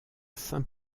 saint